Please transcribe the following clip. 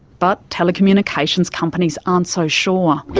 but telecommunications companies aren't so sure.